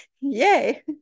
Yay